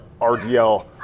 RDL